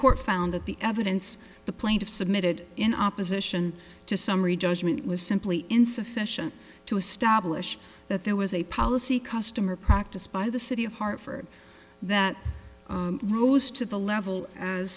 court found that the evidence the plaintiff submitted in opposition to summary judgment was simply insufficient to establish that there was a policy customer practiced by the city of hartford that rose to the level as